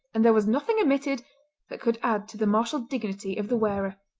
and there was nothing omitted that could add to the martial dignity of the wearer.